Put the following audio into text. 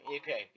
okay